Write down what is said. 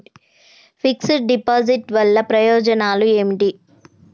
Fix డ్ deposit వల్ల ప్రయోజనాలు ఏమిటి?